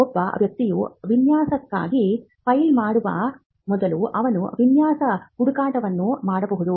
ಒಬ್ಬ ವ್ಯಕ್ತಿಯು ವಿನ್ಯಾಸಕ್ಕಾಗಿ ಫೈಲ್ ಮಾಡುವ ಮೊದಲು ಅವನು ವಿನ್ಯಾಸ ಹುಡುಕಾಟವನ್ನು ಮಾಡಬಹುದು